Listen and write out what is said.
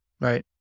Right